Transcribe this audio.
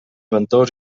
ventós